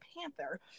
Panther